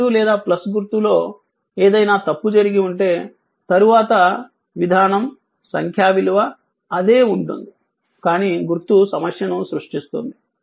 గుర్తు లేదా గుర్తు లో ఏదైనా తప్పు జరిగి ఉంటే తరువాత విధానం సంఖ్యా విలువ అదే ఉంటుంది కానీ గుర్తు సమస్యను సృష్టిస్తుంది